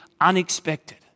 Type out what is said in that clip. unexpected